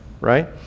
right